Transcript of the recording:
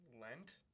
Lent